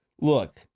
Look